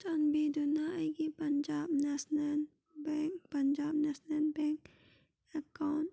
ꯆꯥꯟꯕꯤꯗꯨꯅ ꯑꯩꯒꯤ ꯄꯟꯖꯥꯞ ꯅꯦꯁꯅꯦꯜ ꯕꯦꯡ ꯄꯟꯖꯥꯞ ꯅꯦꯁꯅꯦꯜ ꯕꯦꯡ ꯑꯦꯀꯥꯎꯟ